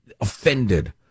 offended